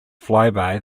flyby